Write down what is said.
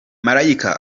marayika